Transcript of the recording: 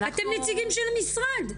אתם נציגים של משרד.